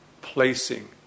placing